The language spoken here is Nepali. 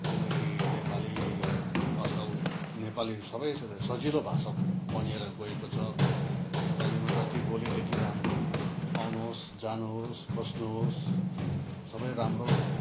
किनकि नेपाली आजकल नेपाली सबैलाई सजिलो भाषा बनिएर गएको छ नेपालीमा जति बोल्यो त्यति राम्रो आउनुहोस् जानुहोस् बस्नुहोस् सबै राम्रो